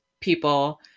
people